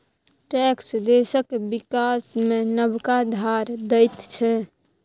tax देशक बिकास मे नबका धार दैत छै